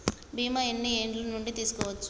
బీమా ఎన్ని ఏండ్ల నుండి తీసుకోవచ్చు?